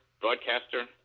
broadcaster